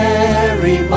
Mary